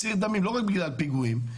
ולא רק בגלל הפיגועים,